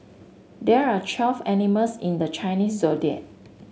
there are twelve animals in the Chinese Zodiac